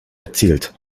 erzielt